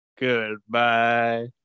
goodbye